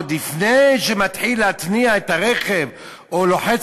עוד לפני שאתה מתחיל להתניע את הרכב או לוחץ